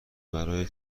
برای